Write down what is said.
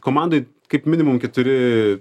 komandoje kaip minimum keturi